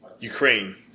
Ukraine